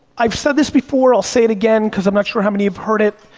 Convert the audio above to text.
i've said this before, i'll say it again, cause i'm not sure how many have heard it.